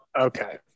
okay